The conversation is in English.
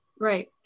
Right